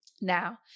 Now